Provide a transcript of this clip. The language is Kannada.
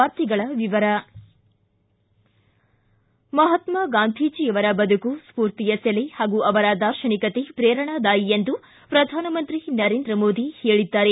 ವಾರ್ತೆಗಳ ವಿವರ ಮಹಾತ್ಮಾ ಗಾಂಧೀಜಿ ಅವರ ಬದುಕು ಸ್ಕೂರ್ತಿಯ ಸೆಲೆ ಹಾಗೂ ಅವರ ದಾರ್ಶನಿಕತೆ ಶ್ರೇರಣಾದಾಯಿ ಎಂದು ಪ್ರಧಾನಮಂತ್ರಿ ನರೇಂದ್ರ ಮೋದಿ ಹೇಳಿದ್ದಾರೆ